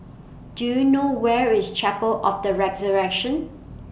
Do YOU know Where IS Chapel of The Resurrection